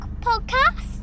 podcast